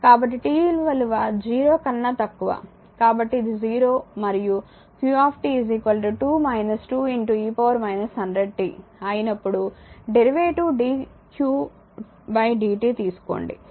కాబట్టి t విలువ 0 కన్నా తక్కువ కాబట్టి ఇది 0 మరియు q 2 2 e 100t అయినప్పుడు డెరివేటివ్ dqt dt తీసుకోండి